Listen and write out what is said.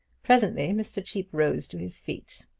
presently mr. cheape rose to his feet.